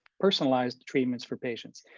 personalized treatments for patients.